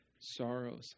sorrows